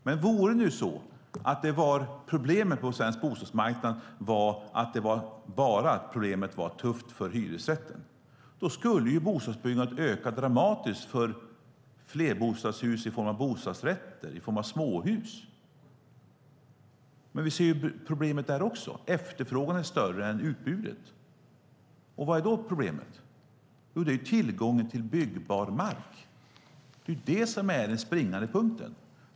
Men om det nu vore så att problemet på svensk bostadsmarknad bara var att det var tufft för hyresrätten, då skulle bostadsbyggandet ha ökat dramatiskt för flerbostadshus i form av bostadsrätter och småhus. Men vi ser att problemet även där är att efterfrågan är större än utbudet. Vad är då problemet? Ja, det är tillgången till byggbar mark. Det är det som är den springande punkten.